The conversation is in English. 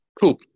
Cool